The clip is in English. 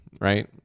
right